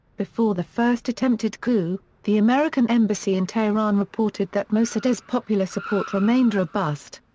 before the first attempted coup, the american embassy in tehran reported that mosaddegh's popular support remained robust.